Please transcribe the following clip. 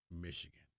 Michigan